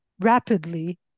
rapidly